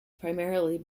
primarily